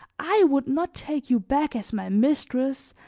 i would not take you back as my mistress,